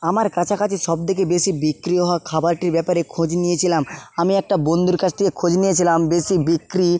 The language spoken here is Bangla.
আমার কাছাকাছি সব থেকে বেশি বিক্রি হওয়া খাবারটির ব্যাপারে খোঁজ নিয়েছিলাম আমি একটা বন্ধুর কাছ থেকে খোঁজ নিয়েছিলাম বেশি বিক্রি